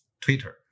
Twitter